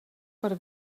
per